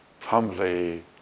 humbly